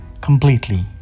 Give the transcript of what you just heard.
completely